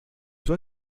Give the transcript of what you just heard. toi